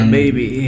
baby